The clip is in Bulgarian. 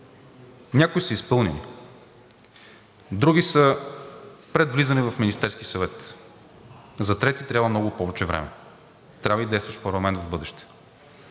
Някои са изпълнени, други са пред влизане в Министерския съвет, за трети трябва много повече време, трябва и действащ парламент в бъдеще.